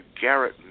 Garrett